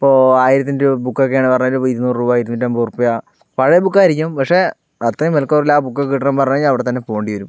ഇപ്പോൾ ആയിരത്തിൻ്റെ ബുക്ക് ഒക്കെയാണ് പറഞ്ഞാൽ അതിനിപ്പോൾ ഇരുന്നൂറ് രൂപ ഇരുനൂറ്റി അൻപത് ഉറുപ്പിക പഴയ ബുക്ക് ആയിരിക്കും പക്ഷേ അത്രയും വിലക്കുറവിൽ ആ ബുക്ക് കിട്ടണമെന്ന് പറഞ്ഞ് കഴിഞ്ഞാൽ അവിടെത്തന്നെ പോകേണ്ടി വരും